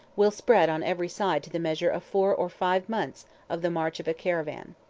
will spread on every side to the measure of four or five months of the march of a caravan.